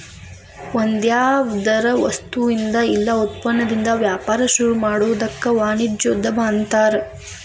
ಒಂದ್ಯಾವ್ದರ ವಸ್ತುಇಂದಾ ಇಲ್ಲಾ ಉತ್ಪನ್ನದಿಂದಾ ವ್ಯಾಪಾರ ಶುರುಮಾಡೊದಕ್ಕ ವಾಣಿಜ್ಯೊದ್ಯಮ ಅನ್ತಾರ